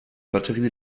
batterie